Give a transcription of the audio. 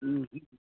ह्म्म